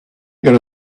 gonna